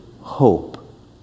hope